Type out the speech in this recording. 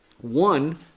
One